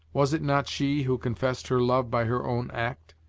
was it not she who confessed her love by her own act,